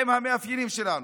עם המאפיינים שלנו.